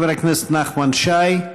חבר הכנסת נחמן שי.